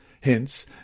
Hence